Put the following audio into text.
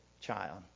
child